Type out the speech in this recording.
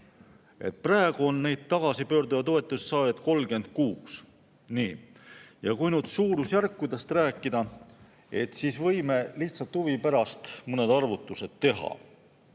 Praegu on neid tagasipöörduja toetuse saajaid 36. Ja kui nüüd suurusjärkudest rääkida, siis võime lihtsalt huvi pärast mõned arvutused teha.